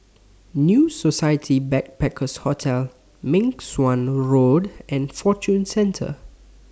New Society Backpackers' Hotel Meng Suan Road and Fortune Center